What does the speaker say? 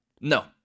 No